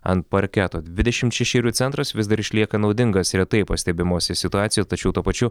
ant parketo dvidešimt šešerių centras vis dar išlieka naudingas retai pastebimose situacijos tačiau tuo pačiu